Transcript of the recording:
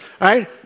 right